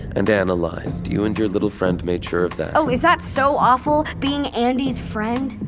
and analyzed, you and your little friend made sure of that is that so awful? being andi's friend?